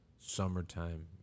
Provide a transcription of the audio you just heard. Summertime